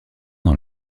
dans